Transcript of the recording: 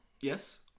Yes